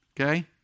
Okay